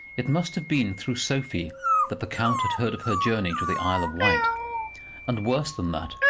it must have been through sophie that the count had heard of her journey to the isle of wight and, worse than that,